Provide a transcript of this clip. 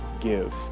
give